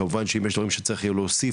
כמובן שאם יש דברים שצריך יהיה להוסיף,